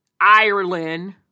Ireland